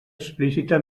explícita